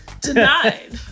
Denied